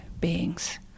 beings